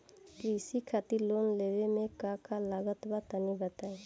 कृषि खातिर लोन लेवे मे का का लागत बा तनि बताईं?